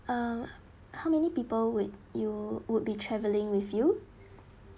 uh how many people would you would be traveling with you